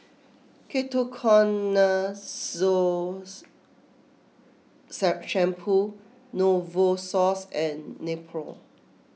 Ketoconazole Shampoo Novosource and Nepro